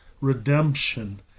redemption